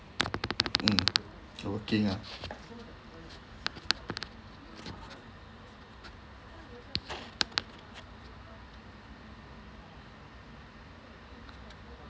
mm not working ah